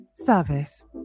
Service